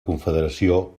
confederació